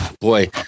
boy